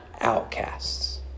outcasts